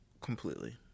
completely